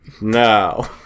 No